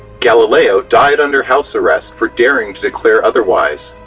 galileo died under house arrest for daring to declare otherwise,